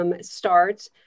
starts